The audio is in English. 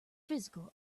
physical